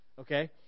okay